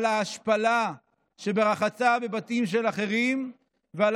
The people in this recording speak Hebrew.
על ההשפלה שברחצה בבתים של אחרים ועל